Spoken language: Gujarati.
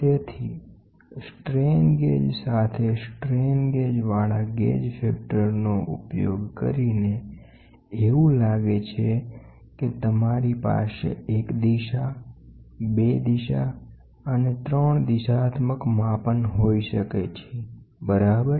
તેથી સ્ટ્રેન ગેજીસ સાથે સ્ટ્રેન ગેજવાળા ગેજ ફેક્ટરનો ઉપયોગ કરીને એવું લાગે છે કે તમારી પાસે 1 બાજુ 2 બાજુઓ અને 3 બાજુઓના માપન હોઈ શકે છે બરાબર